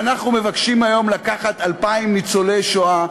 ואנחנו מבקשים היום לקחת 2,000 ניצולי שואה,